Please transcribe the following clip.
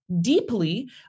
deeply